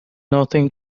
nothing